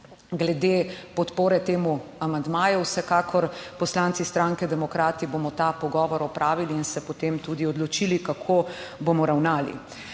glede podpore temu amandmaju, vsekakor poslanci Socialne demokrati bomo ta pogovor opravili in se potem tudi odločili, kako bomo ravnali.